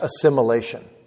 assimilation